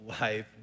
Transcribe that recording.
life